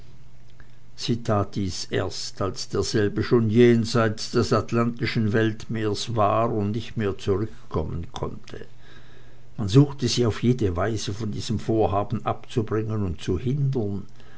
tat dies erst als derselbe schon jenseits des atlantischen weltmeers war und nicht mehr zurückkommen konnte man suchte sie auf jede weise von diesem vorhaben abzubringen und zu hindern